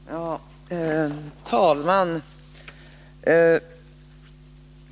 Herr talman!